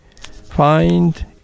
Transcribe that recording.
Find